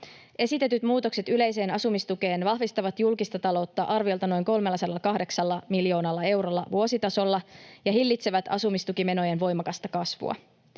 Esitetyt muutokset yleiseen asumistukeen vahvistavat julkista taloutta arviolta noin 308 miljoonalla eurolla vuositasolla ja hillitsevät asumistukimenojen voimakasta kasvua.